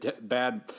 bad